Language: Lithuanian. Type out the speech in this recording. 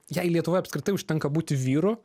jei lietuvoj apskritai užtenka būti vyru